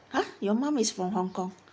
!huh! your mum is from hong kong